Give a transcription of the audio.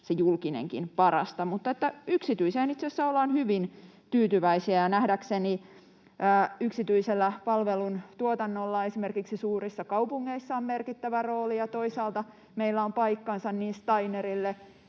vertailussa parasta. Yksityiseen itse asiassa ollaan hyvin tyytyväisiä. Nähdäkseni yksityisellä palveluntuotannolla esimerkiksi suurissa kaupungeissa on merkittävä rooli, ja toisaalta meillä on paikkansa niin steinerille,